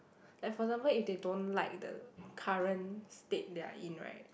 like for example if they don't like the current state they are in right